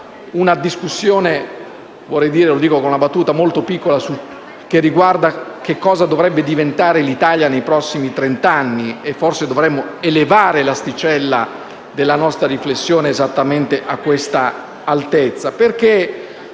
una discussione - lo dico con una battuta molto piccola - che riguarda cosa dovrebbe diventare l'Italia nei prossimi trent'anni e forse dovremmo elevare l'asticella della nostra riflessione esattamente a questa altezza.